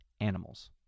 Animals